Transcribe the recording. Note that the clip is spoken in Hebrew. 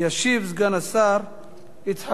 ישיב סגן השר יצחק כהן.